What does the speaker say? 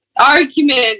argument